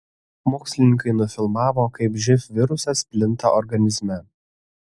mokslininkai nufilmavo kaip živ virusas plinta organizme